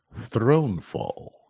Thronefall